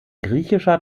griechischer